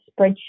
spreadsheet